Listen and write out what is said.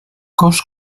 cos